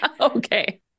Okay